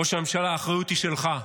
ראש הממשלה, האחריות היא שלך.